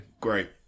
great